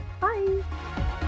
bye